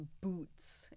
boots